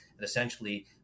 essentially